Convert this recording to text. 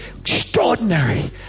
Extraordinary